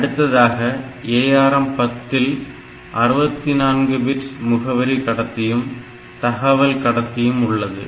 அடுத்ததாக ARM10 இல் 64 bit முகவரி கடத்தியும் தகவல் கடத்தியும் உள்ளது